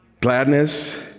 gladness